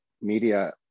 media